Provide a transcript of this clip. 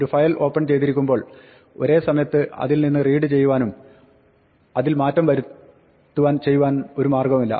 ഒരു file open ചെയ്തിരിക്കുമ്പോൾ ഒരേ സമയത്ത് അതിൽ നിന്ന് റീഡ് ചെയ്യുവാനും അതിൽ മാറ്റം വരുത്തുവാൻ ചെയ്യുവാനും ഒരു മാർഗ്ഗവുമില്ല